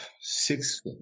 six